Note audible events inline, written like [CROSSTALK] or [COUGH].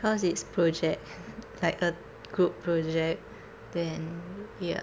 cause it's project [LAUGHS] like a group project then ya